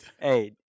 Hey